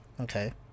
okay